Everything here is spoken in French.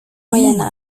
moyen